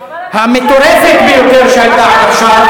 המטורפת ביותר שהיתה עד עכשיו,